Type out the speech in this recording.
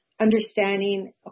understanding